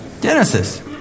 Genesis